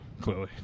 Clearly